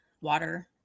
water